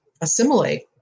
assimilate